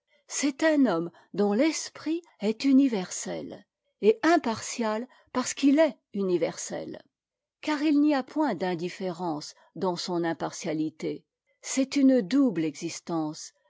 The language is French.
c'est un homme dont l'esprit est universel et impartia parce qu'il est universel car it n'y a point d'indifférence dans son impartialité c'est une double existence